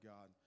God